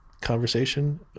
conversation